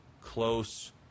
close